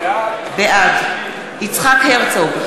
בעד יצחק הרצוג,